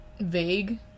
vague